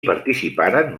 participaren